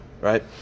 right